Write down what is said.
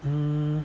hmm